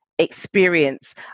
experience